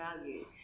value